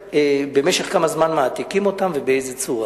במשך כמה זמן מעתיקים אותם ובאיזו צורה.